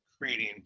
creating